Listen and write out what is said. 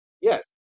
Yes